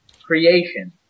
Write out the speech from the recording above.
creation